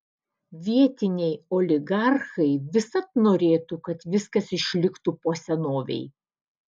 vietiniai oligarchai visad norėtų kad viskas išliktų po senovei